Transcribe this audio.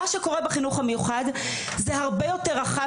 מה שקורה בחינוך המיוחד זה הרבה יותר רחב